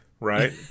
Right